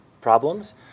problems